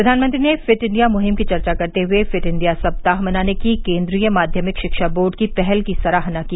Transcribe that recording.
प्रधानमंत्री ने fit India मुहिम की चर्चा करते हए फिट इंडिया सप्ताह मनाने की केंद्रीय माध्यमिक शिक्षा बोर्ड की पहल की सराहना की